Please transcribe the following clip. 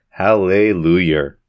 Hallelujah